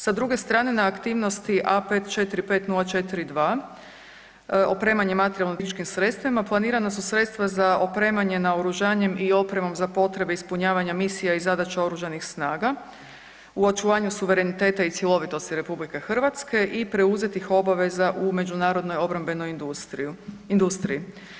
Sa druge strane na aktivnosti A545042 opremanje materijalno tehničkim sredstvima planirana su sredstva za opremanje naoružanjem i opremom za potrebe ispunjavanja misija i zadaća oružanih snaga u očuvanju suvereniteta i cjelovitosti RH i preuzetih obaveza u međunarodnoj obrambenoj industriju, industriji.